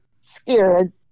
scared